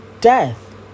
death